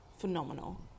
phenomenal